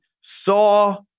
saw